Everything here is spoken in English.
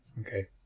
Okay